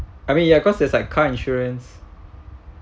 I mean ya cause there's like car insurance